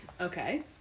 Okay